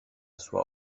sua